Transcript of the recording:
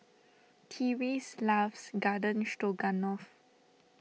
Tyreese loves Garden Stroganoff